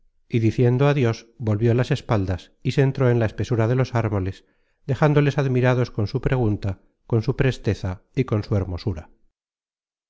y diciendo adios volvió las espaldas y se entró en la espesura de los árboles dejándoles admirados con su pregunta con su presteza y con su hermosura